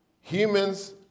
Humans